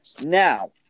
Now